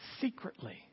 secretly